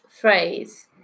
phrase